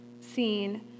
seen